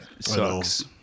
sucks